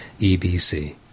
EBC